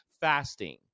Fasting